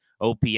OPS